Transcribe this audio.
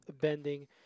bending